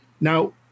Now